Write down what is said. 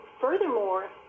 Furthermore